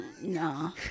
No